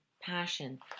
passion